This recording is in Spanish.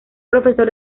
profesor